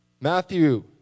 Matthew